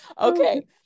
Okay